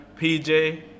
PJ